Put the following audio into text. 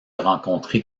rencontrer